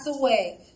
away